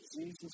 Jesus